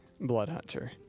Bloodhunter